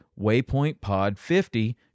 WaypointPod50